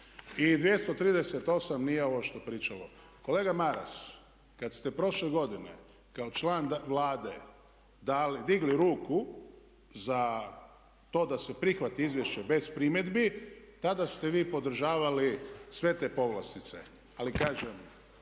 se ne razumije./… Kolega Maras, kad ste prošle godine kao član Vlade digli ruku za to da se prihvati izvješće bez primjedbi tada ste vi podržavali sve te povlastice. Ali kažem,